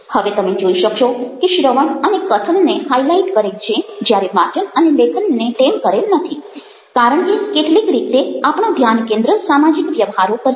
હવે તમે જોઇ શકશો કે શ્રવણ અને કથનને હાઇલાઇટ કરેલ છે જ્યારે વાચન અને લેખનને તેમ કરેલ નથી કારણ કે કેટલીક રીતે આપણું ધ્યાન કેન્દ્ર સામાજિક વ્યવહારો પર છે